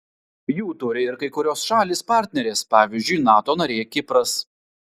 jų turi ir kai kurios šalys partnerės pavyzdžiui nato narė kipras